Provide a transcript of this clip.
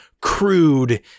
crude